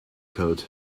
code